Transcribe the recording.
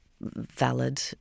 valid